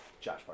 Josh